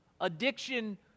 Addiction